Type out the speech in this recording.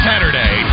Saturday